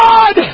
God